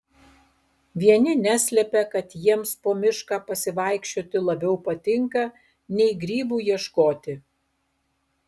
vieni neslepia kad jiems po mišką pasivaikščioti labiau patinka nei grybų ieškoti